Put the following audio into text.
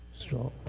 Strong